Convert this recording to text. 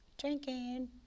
Drinking